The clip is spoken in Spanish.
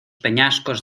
peñascos